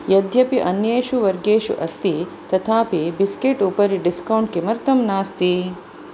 यद्यपि अन्येषु वर्गेषु अस्ति तथापि बिस्केट् उपरि डिस्कौण्ट् किमर्थम् नास्ति